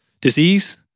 disease